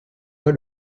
pas